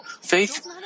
faith